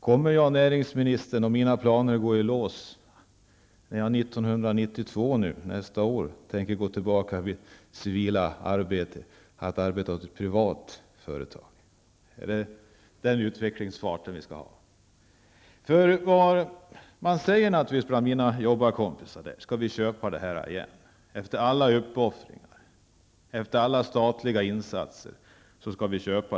Kommer jag, näringsministern, när jag 1992 tänker gå tillbaka till mitt civila arbete, om mina planer går i lås, att arbeta åt ett privat företag? Är det den utvecklingsfarten vi skall räkna med? Mina arbetskamrater säger naturligtvis: Skall vi köpa det här igen, efter alla uppoffringar, efter alla statliga insatser?